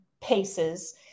paces